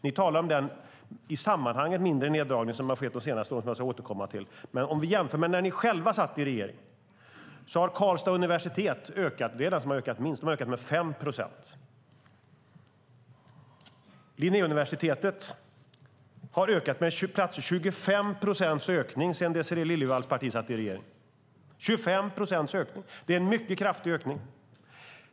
Ni talar om den i sammanhanget mindre neddragning som har skett de senaste åren och som jag ska återkomma till. Men vi kan jämföra med när ni själva satt i regeringen. Karlstads universitet, som har ökat minst, har ökat med 5 procent. Linnéuniversitetet visar 25 procents ökning sedan Désirée Liljevalls parti satt i regeringen. Det är en mycket kraftig ökning.